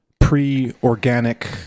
pre-organic